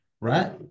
right